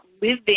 living